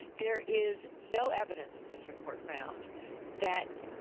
there is no evidence the district court found that